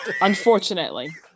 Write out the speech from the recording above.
Unfortunately